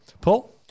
Paul